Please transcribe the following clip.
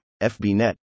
FBNET